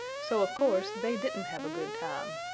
so of course they didn't have a good time.